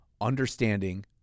understanding